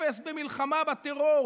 אפס במלחמה בטרור.